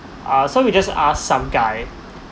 uh so we just ask some guy